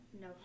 no